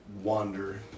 wander